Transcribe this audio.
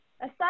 aside